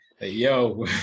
yo